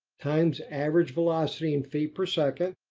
times average velocity in feet per second.